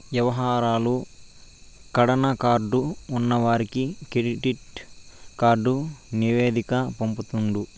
యవహారాలు కడాన కార్డు ఉన్నవానికి కెడిట్ కార్డు నివేదిక పంపుతుండు